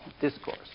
discourse